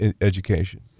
education